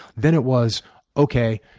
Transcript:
then it was okay,